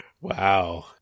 Wow